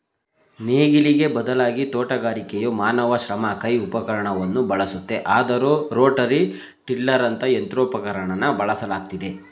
ನೇಗಿಲಿಗೆ ಬದಲಾಗಿ ತೋಟಗಾರಿಕೆಯು ಮಾನವ ಶ್ರಮ ಕೈ ಉಪಕರಣವನ್ನು ಬಳಸುತ್ತೆ ಆದರೂ ರೋಟರಿ ಟಿಲ್ಲರಂತ ಯಂತ್ರೋಪಕರಣನ ಬಳಸಲಾಗ್ತಿದೆ